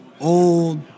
old